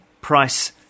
Price